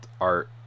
art